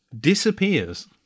disappears